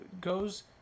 goes